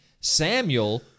Samuel